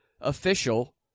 official